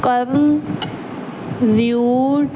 ਕਰਨ ਵਿਊਟ